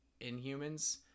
inhumans